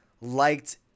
liked